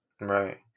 Right